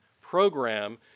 program